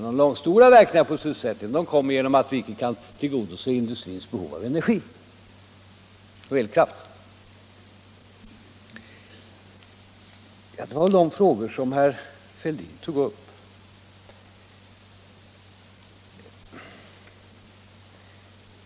De stora verkningarna på sysselsättningen kommer genom att vi inte kan tillgodose industrins behov av energi och elkraft. Det var väl de frågor herr Fälldin tog upp.